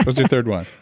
what's your third one?